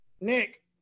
Nick